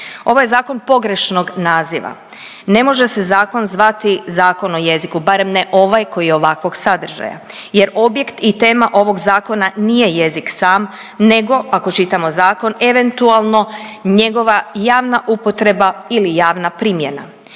Ovo je zakon pogrešnog naziva. Ne može se zakon zvati Zakon o jeziku barem ne ovaj koji je ovakvog sadržaja, jer objekt i tema ovog zakona nije jezik sam, nego ako čitamo zakon eventualno njegova javna upotreba ili javna primjena.